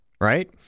Right